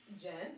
gents